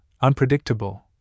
unpredictable